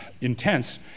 intense